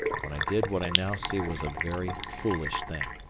when i did what i now see was a very foolish thing.